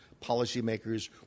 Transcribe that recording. policymakers